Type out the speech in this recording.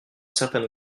certain